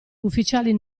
ufficiali